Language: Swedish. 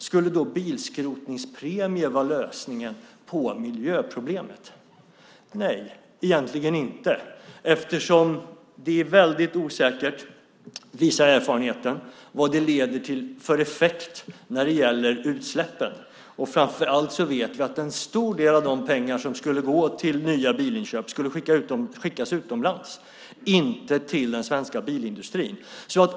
Skulle då en bilskrotningspremie vara lösningen på miljöproblemet? Nej, egentligen inte, eftersom det är väldigt osäkert, visar erfarenheten, vad det leder till för effekt när det gäller utsläppen. Framför allt vet vi att en stor del av de pengar som skulle gå till nya bilinköp skulle skickas utomlands och inte till den svenska bilindustrin.